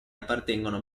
appartengono